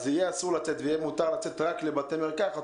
אז יהיה אסור לצאת ויהיה מותר לצאת רק לבתי מרקחת,